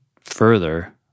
further